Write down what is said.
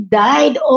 died